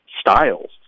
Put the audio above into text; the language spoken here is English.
styles